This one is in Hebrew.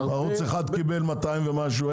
ערוץ 1 קיבל 200 ומשהו,